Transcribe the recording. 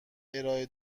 ارائه